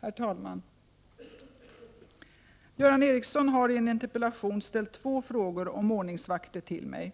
Herr talman! Göran Ericsson har i en interpellation ställt två frågor om ordningsvakter till mig.